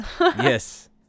Yes